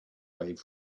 wave